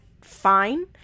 fine